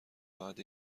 فقط